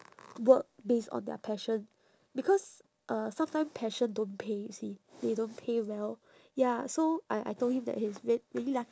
work based on their passion because uh sometime passion don't pay you see they don't pay well ya so I I told him that he's re~ really lucky